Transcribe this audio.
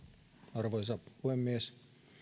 arvoisa puhemies